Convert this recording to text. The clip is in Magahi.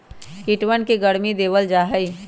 कीटवन के गर्मी देवल जाहई